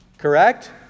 Correct